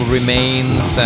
Remains